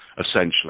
essentially